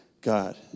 God